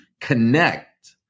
connect